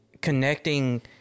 connecting